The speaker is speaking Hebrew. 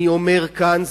אני אומר כאן,